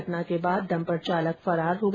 घटना के बाद डम्पर चालक फरार हो गया